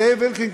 זאב אלקין,